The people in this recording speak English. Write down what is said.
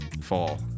Fall